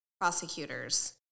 prosecutors